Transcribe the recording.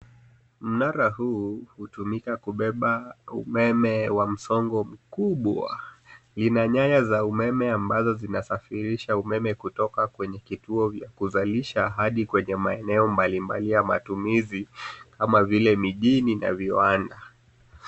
Mnara huu hutumika kubeba umeme wa msongo mkubwa. Ina nyaya za umeme ambazo zinasafirisha umeme kutoka kwenye vituo vya kuzalisha hadi kwenye maeneo mbalimbali ya matumizi kama vile mijini na viwanda.